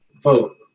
vote